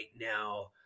now